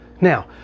now